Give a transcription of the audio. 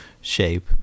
shape